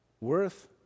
worth